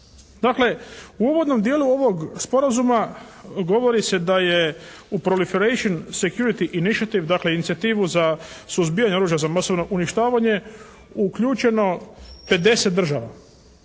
Dakle, u uvodnom dijelu ovog sporazuma govori se da je u … /Govornik govori engleskim jezikom, ne razumije se./ …, dakle inicijativu za suzbijanje oružja za masovno uništavanje uključeno 50 država.